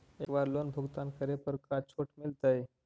एक बार लोन भुगतान करे पर का छुट मिल तइ?